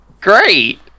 Great